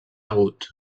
agut